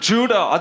Judah